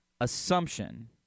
assumption